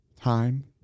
Time